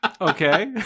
Okay